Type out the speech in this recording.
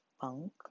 funk